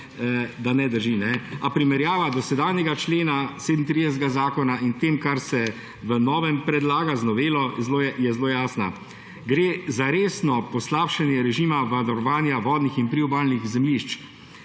da ne drži, a primerjava dosedanjega člena 37. in tem, kar se v novem predlaga z novelo, je zelo jasna; gre za resno poslabšanje režima varovanja vodnih in priobalnih zemljišč.